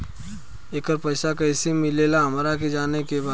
येकर पैसा कैसे मिलेला हमरा के जाने के बा?